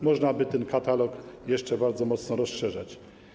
Można by ten katalog jeszcze bardzo mocno rozszerzać.